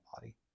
body